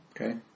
Okay